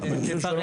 כן, כן, תפרט.